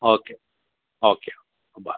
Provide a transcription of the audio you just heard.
okay okay bye